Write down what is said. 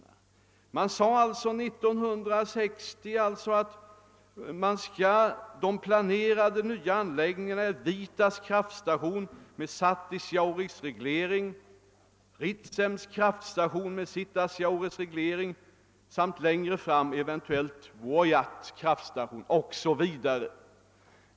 Det framhölls alltså år 1960 att man hade planer på de nya anläggningarna Vietas kraftstation med Satisjaures reglering, Ritsems kraftstation med Sitasjaures reglering samt längre fram eventuellt Vuojas kraftstation osv.